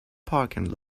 parking